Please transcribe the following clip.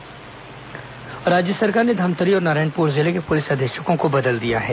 तबादला राज्य सरकार ने धमतरी और नारायणपुर जिले के पुलिस अधीक्षकों को बदल दिया है